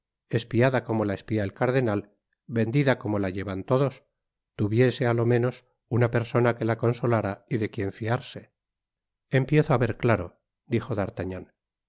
espiada como la espia el cardenal vendida como la llevan todos tuviese á lo menos una persona que la consolára y de quien fiarse empiezo á ver claro dijo